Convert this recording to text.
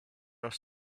asked